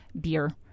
beer